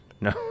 No